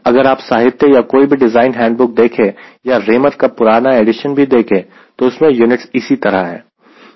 अगर आप साहित्य या कोई भी डिज़ाइन हैंडबुक देखें या Raymer का पुराना एडिशन भी देखें तो उसमें यूनिट्स इसी तरह है